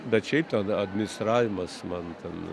bet šiaip ten administravimas man ten